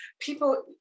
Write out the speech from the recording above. people